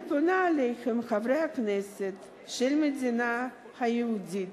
אני פונה אליכם, חברי הכנסת של המדינה היהודית,